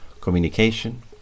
communication